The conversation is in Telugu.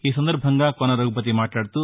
ఈ సందర్బంగా కోన రఘుపతి మాట్లాదుతూ